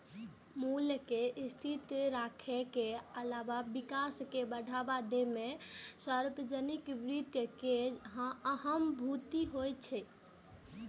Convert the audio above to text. मूल्य कें स्थिर राखै के अलावा विकास कें बढ़ावा दै मे सार्वजनिक वित्त के अहम भूमिका होइ छै